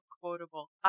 quotable